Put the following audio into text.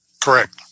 Correct